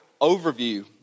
overview